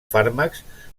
fàrmacs